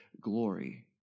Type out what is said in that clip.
glory